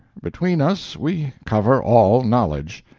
between us we cover all knowledge.